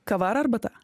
kava ar arbata